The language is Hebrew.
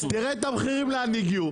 תראה לאן הגיעו המחירים.